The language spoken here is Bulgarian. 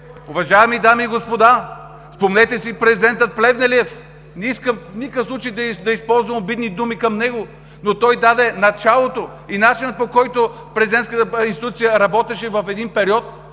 Уважаеми дами и господа, спомнете си президента Плевнелиев – не искам в никакъв случай да използвам обидни думи към него, но той даде началото и начина, по който президентската институция работеше в един период,